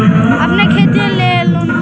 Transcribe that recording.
अपने खेतिया ले लोनमा भी ले होत्थिन?